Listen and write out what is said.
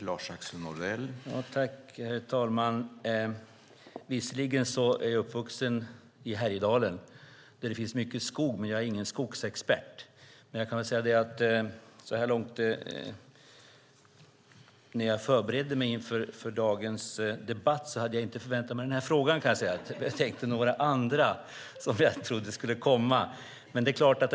Herr talman! Visserligen är jag uppvuxen i Härjedalen där det finns mycket skog, men jag är ingen skogsexpert. Jag kan väl säga att när jag förberedde mig inför dagens debatt hade jag inte förväntat mig att få den frågan. Jag trodde det skulle komma några andra frågor.